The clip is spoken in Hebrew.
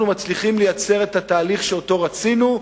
אנחנו מצליחים ליצור את התהליך שאותו רצינו,